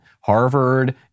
Harvard